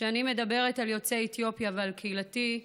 כשאני מדברת על יוצאי אתיופיה ועל קהילתי,